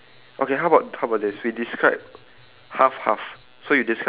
uh maybe